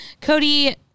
Cody